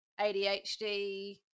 ADHD